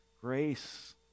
Grace